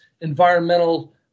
environmental